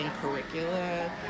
curricula